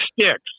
sticks